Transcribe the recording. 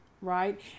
Right